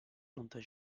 plantar